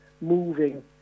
moving